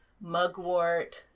mugwort